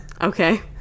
okay